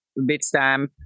Bitstamp